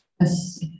Yes